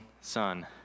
son